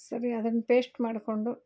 ಸರಿ ಅದನ್ನು ಪೇಶ್ಟ್ ಮಾಡಿಕೊಂಡು